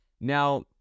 Now